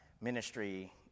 ministry